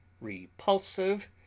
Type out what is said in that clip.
repulsive